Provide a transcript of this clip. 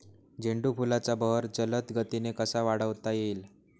झेंडू फुलांचा बहर जलद गतीने कसा वाढवता येईल?